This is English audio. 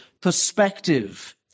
perspective